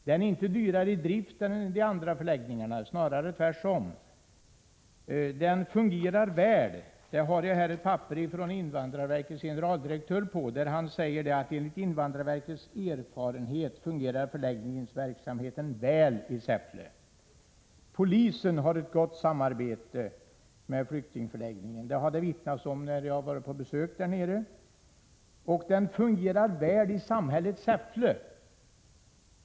Den är inte dyrare i drift än de andra förläggningarna, snarare tvärtom. Den fungerar väl, det har jag här ett papper från invandrarverkets generaldirektör på, där han säger att enligt invandrarverkets erfarenhet fungerar förläggningen verkligen väl i Säffle. Polisen har ett gott samarbete med flyktingförläggningen. Det har det vittnats om när jag har varit på besök där nere. Och den fungerar väl i samhället Säffle.